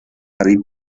harry